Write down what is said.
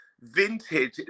Vintage